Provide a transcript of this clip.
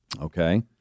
Okay